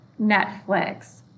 Netflix